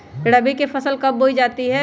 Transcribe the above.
रबी की फसल कब बोई जाती है?